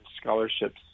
scholarships